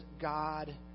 God